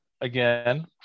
again